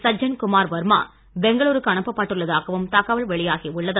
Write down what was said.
சஜ்ஜன் குமார் வர்மா பெங்களுருக்கு அனுப்பப்பட்டுள்ளதாகவும் தகவல் வெளியாகி உள்ளது